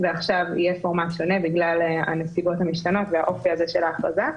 ועכשיו יהיה פורמט שלם בגלל הנסיבות המשתנות והאופי הזה של ההכרזה.